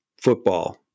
football